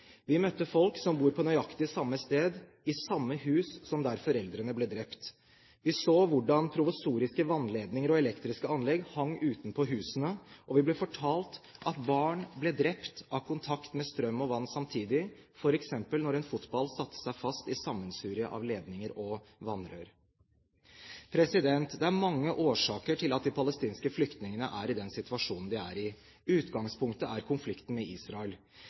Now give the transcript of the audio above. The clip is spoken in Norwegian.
Vi møtte folk som bor på nøyaktig samme sted, i samme hus som der foreldrene ble drept. Vi så hvordan provisoriske vannledninger og elektriske anlegg hang utenpå husene, og vi ble fortalt at barn ble drept av kontakt med strøm og vann samtidig, f.eks. når en fotball satte seg fast i sammensuriet av ledninger og vannrør. Det er mange årsaker til at de palestinske flyktningene er i den situasjonen de er i. Utgangspunktet er konflikten med Israel.